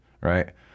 right